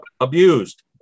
abused